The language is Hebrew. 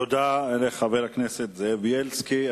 תודה רבה לחבר הכנסת זאב בילסקי.